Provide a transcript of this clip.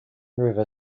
river